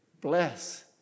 Bless